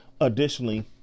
Additionally